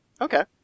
Okay